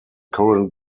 current